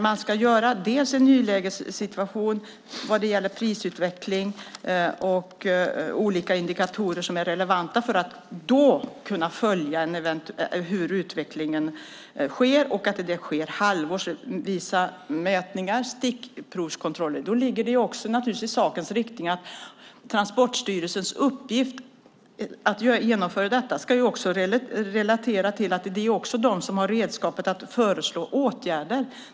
Man ska bedöma nulägessituationen vad gäller prisutveckling och olika indikatorer som är relevanta för att kunna följa hur utvecklingen sker. Det sker mätningar, stickprovskontroller, halvårsvis. Då ligger det naturligtvis i sakens riktning att Transportstyrelsens uppgift att genomföra detta ska relatera till att det också är de som har redskapet att föreslå åtgärder.